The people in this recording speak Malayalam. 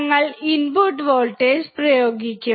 ഞങ്ങൾ ഇൻപുട്ട് വോൾട്ടേജ് പ്രയോഗിക്കും